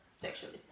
sexually